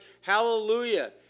hallelujah